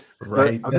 right